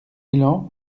élan